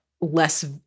less